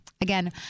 again